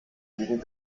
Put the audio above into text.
gegen